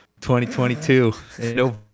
2022